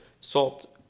Salt